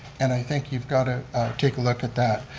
and i think you've got to take a look at that.